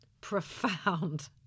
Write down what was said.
profound